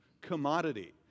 commodity